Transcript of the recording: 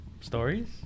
Stories